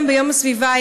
וגם ביום הסביבה,